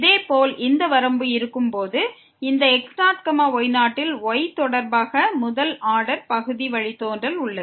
இதேபோல் இந்த வரம்பு இருக்கும் போது இந்த x0 y0 ல் y பொறுத்த முதல் ஆர்டர் பகுதி வழித்தோன்றல் உள்ளது